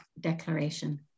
declaration